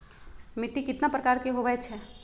मिट्टी कतना प्रकार के होवैछे?